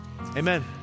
amen